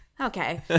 okay